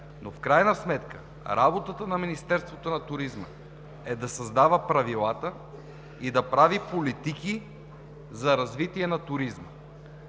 В крайна сметката обаче работата на Министерството на туризма е да създава правилата и да прави политики за развитие на туризма.